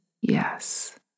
yes